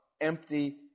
empty